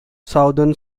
southern